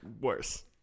worse